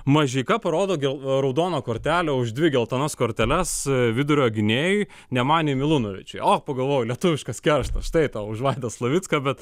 mažeika parodo raudoną kortelę už dvi geltonas korteles vidurio gynėjui nemanjai milunovičiui o pagalvojau lietuviškas kerštas štai tau už vaidą slavicką bet